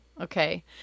okay